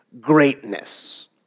greatness